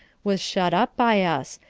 was shut up by us,